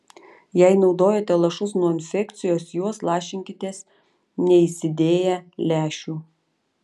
jei naudojate lašus nuo infekcijos juos lašinkitės neįsidėję lęšių